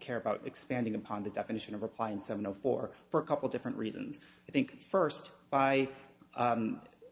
care about expanding upon the definition of apply in seven o four for a couple different reasons i think first by